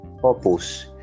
purpose